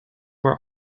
were